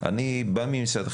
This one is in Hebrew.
אני בא ממשרד החינוך,